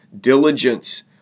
Diligence